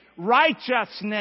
Righteousness